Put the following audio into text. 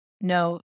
No